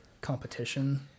competition